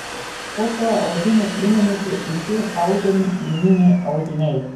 po to audimo įmonėse iš jų audžiami lininiai audiniai